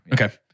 Okay